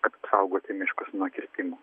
apsaugoti miškus nuo kirtimų